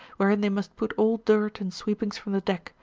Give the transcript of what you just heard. wherein they must put all dirt and sweepings from the deck,